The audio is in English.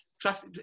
trust